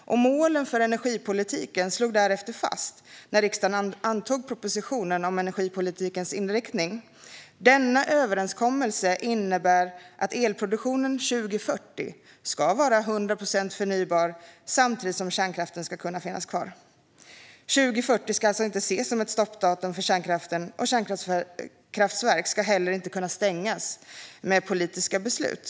Målen för energipolitiken slogs därefter fast när riksdagen antog propositionen om energipolitikens inriktning. Denna överenskommelse innebär att elproduktionen 2040 ska vara 100 procent förnybar samtidigt som kärnkraften ska kunna finnas kvar. År 2040 ska alltså inte ses som ett stoppdatum för kärnkraften, och kärnkraftverk ska heller inte kunna stängas med politiska beslut.